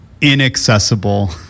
inaccessible